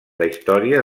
història